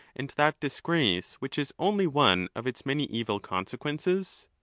and that disgrace which is only one of its many evil consequences?